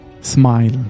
smile